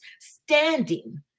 standing